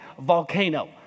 volcano